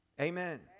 Amen